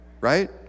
right